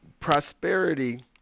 prosperity